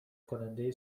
کننده